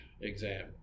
exam